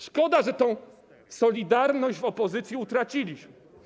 Szkoda, że tę solidarność w opozycji utraciliśmy.